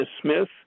Smith